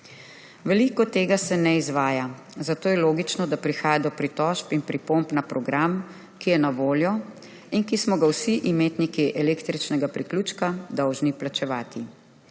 Veliko tega se ne izvaja, zato je logično, da prihaja do pritožb in pripomb na program, ki je na voljo in ki smo ga vsi imetniki električnega priključka dolžni plačevati.